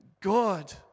God